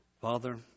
Father